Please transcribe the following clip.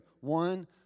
One